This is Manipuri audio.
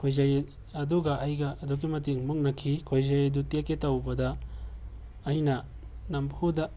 ꯈꯣꯏꯖꯩ ꯑꯗꯨꯒ ꯑꯩꯒ ꯑꯗꯨꯛꯀꯤ ꯃꯇꯤꯛ ꯃꯨꯛꯅꯈꯤ ꯈꯣꯏꯖꯩ ꯑꯗꯨ ꯇꯦꯛꯀꯦ ꯇꯧꯕꯗ ꯑꯩꯅ ꯅꯝꯐꯨꯗ